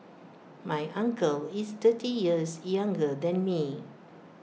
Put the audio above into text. my uncle is thirty years younger than me